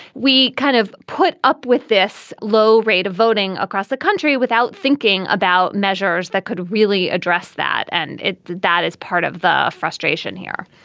we kind of put up with this low rate of voting across the country without thinking about measures that could really address that. and that is part of the frustration here